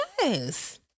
Yes